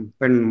pen